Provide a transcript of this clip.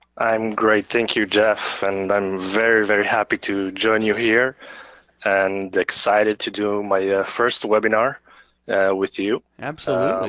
i'm great, thank you geoff and i'm very, very happy to join you here and excited to do my first webinar with you. absolutely.